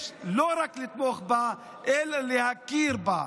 יש לא רק לתמוך בה אלא להכיר בה.